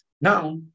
Now